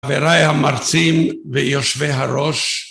חבריי המרצים ויושבי הראש